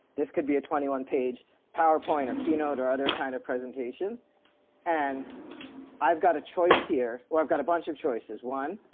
this could be a twenty one page powerpoint or keynote or other kind of presentation and i've got a choice here, or i've got a bunch of choices. one,